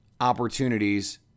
opportunities